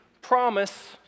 promise